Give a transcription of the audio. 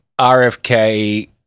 RFK